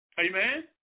Amen